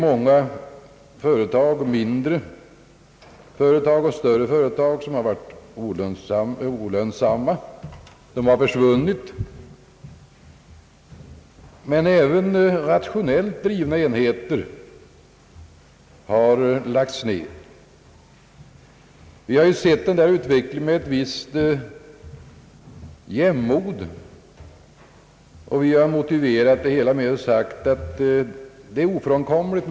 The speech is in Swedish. En rad mindre och större företag har varit olönsamma och försvunnit. Även rationellt drivna enheter har lagts ned. Denna utveckling har vi sett med ett visst jämnmod och sagt oss att rationaliseringar är ofrånkomliga.